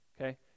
Okay